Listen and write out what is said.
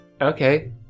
Okay